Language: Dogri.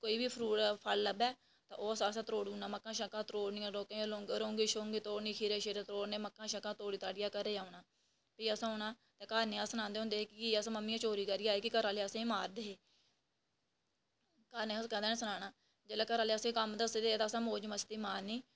कोई बी फल फरूट लब्भै ओह् असें त्रोड़ी ओड़ना मक्कां त्रोड़नियां लोकें दियां रौंगी त्रौड़नी खीरे त्रोड़ने मक्कां त्रोड़ियै घरै गी औना भी असें औना ते घर निं अस सनांदे होंदे हे कि मम्मी अस चोरी करियै आए दे ते भी घरै आह्ले असेंगी मारदे हे ते घर निं असें कदें बी सनाना ते जेल्लै घरै आह्ले असेंगी कम्म दस्सदे हे ते असें मौज़ मस्ती मारनी